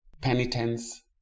penitence